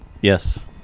Yes